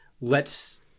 lets